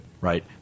Right